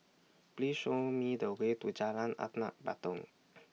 Please Show Me The Way to Jalan Anak Patong